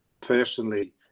personally